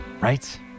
Right